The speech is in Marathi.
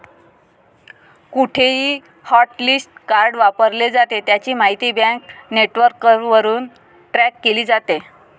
कुठेही हॉटलिस्ट कार्ड वापरले जाते, त्याची माहिती बँक नेटवर्कवरून ट्रॅक केली जाते